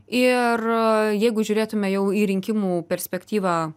ir jeigu žiūrėtume jau į rinkimų perspektyvą